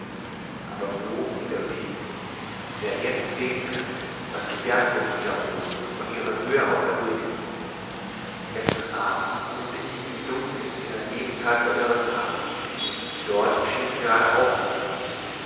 aber wo ging der weg wer jetzt sehen könnte was die berggipfel da oben von ihrer höhe aus erblickten gestern abend mußte ich mich im dunkel in ein nebental verirrt haben dort schien es gerade aufzuhören